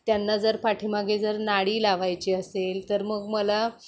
त्यांना जर पाठीमागे जर नाडी लावायची असेल तर मग मला